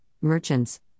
merchants